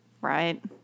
Right